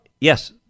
Yes